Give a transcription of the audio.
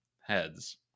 heads